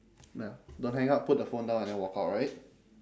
ya don't hang up put the phone down and then walk out right